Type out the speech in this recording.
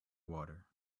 water